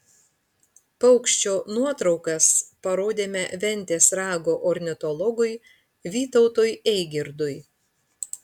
paukščio nuotraukas parodėme ventės rago ornitologui vytautui eigirdui